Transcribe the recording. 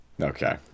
Okay